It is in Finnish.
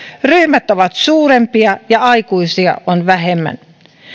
ryhmät ovat suurempia ja aikuisia on vähemmän